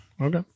Okay